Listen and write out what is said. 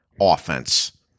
offense